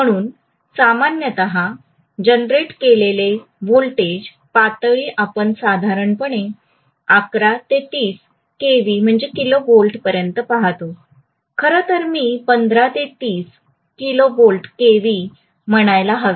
म्हणून सामान्यत जनरेट केलेले व्होल्टेज पातळी आपण साधारणपणे 11 ते 30 केव्ही पर्यंत पाहतो खरं तर मी 15 ते 30 केव्ही म्हणायला हवे